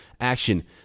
action